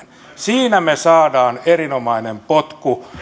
siinä me saamme erinomaisen potkun